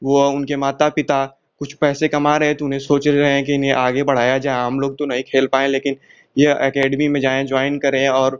व उनके माता पिता कुछ पैसे कमा रहे हैं तो उन्हें सोच रहे हैं कि इन्हें आगे बढ़ाया जाए हम लोग तो नहीं खेल पाए लेकिन ये अकैडमी में जाएँ ज्वॉइन करें और